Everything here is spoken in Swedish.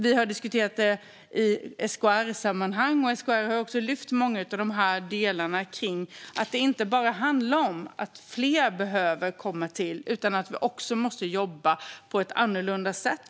Vi har diskuterat detta i SKR-sammanhang, och SKR har också lyft upp många av de delar som handlar om att man inte bara behöver bli fler utan också jobba på ett annorlunda sätt.